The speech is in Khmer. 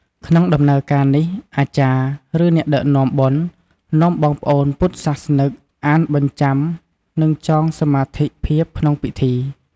ក្នុងដំណើរការនេះ អាចារ្យ ឬអ្នកដឹកនាំបុណ្យនាំបងប្អូនពុទ្ធសាសនិកអានបញ្ចាំនិងចងសមាជិកភាពក្នុងពិធី។